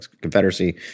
Confederacy